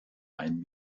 einem